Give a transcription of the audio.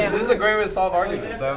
and this is a great way to solve arguments. um